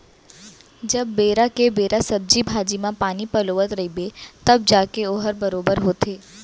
जब बेरा के बेरा सब्जी भाजी म पानी पलोवत रइबे तव जाके वोहर बरोबर होथे